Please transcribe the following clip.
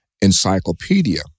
encyclopedia